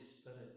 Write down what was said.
Spirit